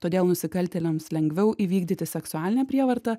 todėl nusikaltėliams lengviau įvykdyti seksualinę prievartą